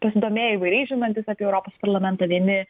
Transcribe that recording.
pasidomėję įvairiai žinantys apie europos parlamentą vieni